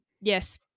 yes